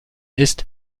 ist